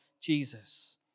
Jesus